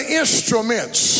instruments